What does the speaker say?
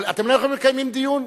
אבל אתם לא יכולים לקיים כאן דיון.